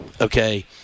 Okay